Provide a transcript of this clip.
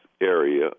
area